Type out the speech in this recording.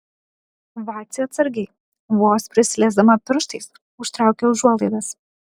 vacė atsargiai vos prisiliesdama pirštais užtraukia užuolaidas